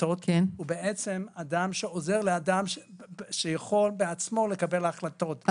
החלטות עוזר לאדם שיכול בעצמו לקבל החלטות.